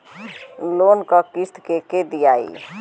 Loan क किस्त के के दियाई?